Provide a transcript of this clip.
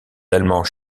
allemands